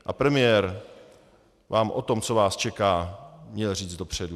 A premiér vám o tom, co vás čeká, měl říct dopředu.